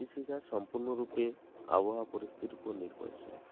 কৃষিকাজ সম্পূর্ণরূপে আবহাওয়া পরিস্থিতির উপর নির্ভরশীল